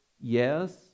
yes